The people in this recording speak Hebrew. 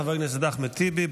חבר הכנסת אחמד טיבי,